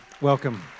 Welcome